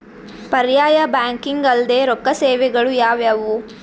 ಪರ್ಯಾಯ ಬ್ಯಾಂಕಿಂಗ್ ಅಲ್ದೇ ರೊಕ್ಕ ಸೇವೆಗಳು ಯಾವ್ಯಾವು?